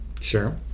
Sure